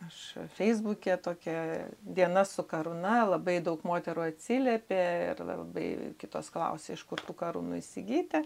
aš feisbuke tokia diena su karūna labai daug moterų atsiliepė labai kitos klausė iš kur tų karūnų įsigyti